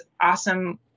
awesome